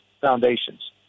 foundations